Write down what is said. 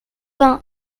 vingt